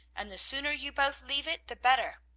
and the sooner you both leave it the better.